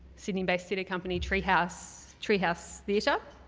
sydney-based theater company, tree house tree house theater.